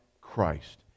Christ